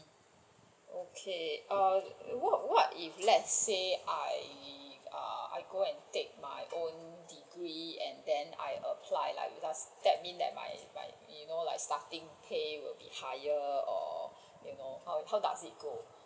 okay err what what if let's say I err go and take my own degree and then I apply like when I step in you know my starting pay will be higher or you know how does it go